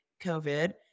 COVID